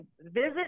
Visit